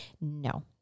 no